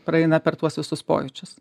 praeina per tuos visus pojūčius